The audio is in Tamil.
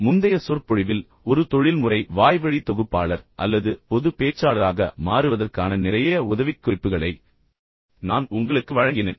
முந்தைய சொற்பொழிவில் ஒரு தொழில்முறை வாய்வழி தொகுப்பாளர் அல்லது பொது பேச்சாளராக மாறுவதற்கான நிறைய உதவிக்குறிப்புகளை நான் உங்களுக்கு வழங்கினேன்